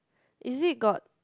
is it got